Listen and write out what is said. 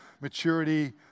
Maturity